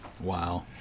Wow